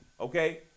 okay